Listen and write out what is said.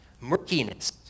murkiness